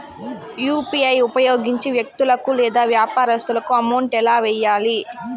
UPI ఉపయోగించి వ్యక్తులకు లేదా వ్యాపారస్తులకు అమౌంట్ ఎలా వెయ్యాలి